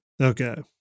Okay